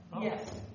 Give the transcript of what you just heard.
Yes